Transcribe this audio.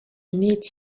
needs